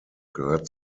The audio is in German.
gehört